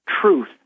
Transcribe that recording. truth